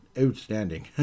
outstanding